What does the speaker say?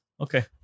Okay